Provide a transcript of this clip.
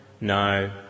No